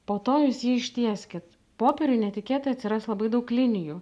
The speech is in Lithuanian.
po to jūs jį ištieskit popieriuje netikėtai atsiras labai daug linijų